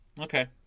Okay